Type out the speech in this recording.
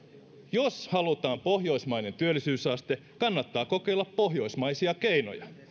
jos halutaan pohjoismainen työllisyysaste kannattaa kokeilla pohjoismaisia keinoja